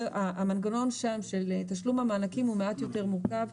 המנגנון של תשלום המענקים הוא מעט יותר מורכב.